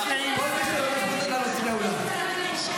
בואו נלבש אותן --- אסור לך ללבוש.